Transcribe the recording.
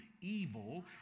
evil